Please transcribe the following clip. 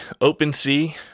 OpenSea